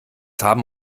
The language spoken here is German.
haben